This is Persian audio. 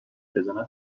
بزند